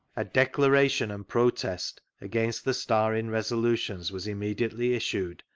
a declaration and protest against the star inn resolutions was immediately issued,